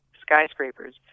skyscrapers